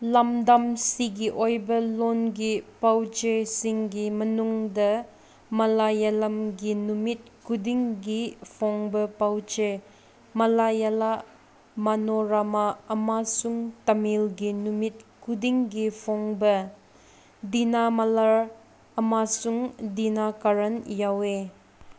ꯂꯝꯗꯝꯁꯤꯒꯤ ꯑꯣꯏꯕ ꯂꯣꯟꯒꯤ ꯄꯥꯎ ꯆꯦꯁꯤꯡꯒꯤ ꯃꯅꯨꯡꯗ ꯃꯂꯌꯥꯂꯝꯒꯤ ꯅꯨꯃꯤꯠ ꯈꯨꯗꯤꯡꯒꯤ ꯐꯣꯡꯕ ꯄꯥꯎꯆꯦ ꯃꯂꯥꯌꯂꯥ ꯃꯅꯣꯔꯃꯥ ꯑꯃꯁꯨꯡ ꯇꯥꯃꯤꯜꯒꯤ ꯅꯨꯃꯤꯠ ꯈꯨꯗꯤꯡꯒꯤ ꯐꯣꯡꯕ ꯗꯤꯂꯥꯅꯃꯔ ꯑꯃꯁꯨꯡ ꯗꯤꯂꯥꯀꯔꯟ ꯌꯥꯎꯋꯦ